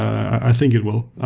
i think it will.